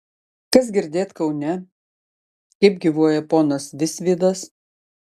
kas girdėt kaune kaip gyvuoja ponas visvydas